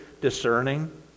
discerning